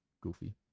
Goofy